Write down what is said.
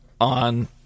on